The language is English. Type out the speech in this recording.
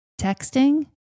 Texting